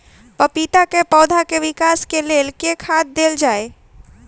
पपीता केँ पौधा केँ विकास केँ लेल केँ खाद देल जाए?